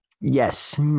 Yes